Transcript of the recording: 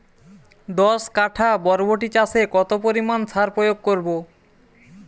দশ কাঠা বরবটি চাষে কত পরিমাণ সার প্রয়োগ করব?